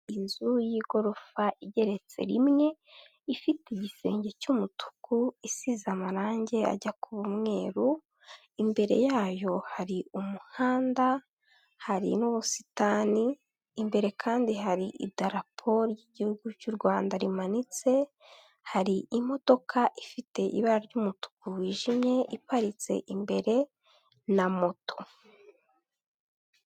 Iyi nzu y'igorofa igeretse rimwe, ifite igisenge cy'umutuku isize amarangi ajya kuba umweru, imbere yayo hari umuhanda hari n'ubusitani imbere kandi hari idarapo ry'igihugu cy'u Rwanda rimanitse, hari imodoka ifite ibara ry'umutuku wijimye iparitse imbere na moto.